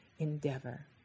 endeavor